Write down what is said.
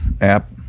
app